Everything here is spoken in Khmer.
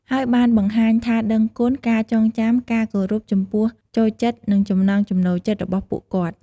ហើយបានបង្ហាញថាដឺងគុណ ការចងចាំ ការគោរព ចំពោះចូលចិត្តនិងចំណង់ចំណូលចិត្តរបស់ពួកគាត់។